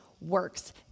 works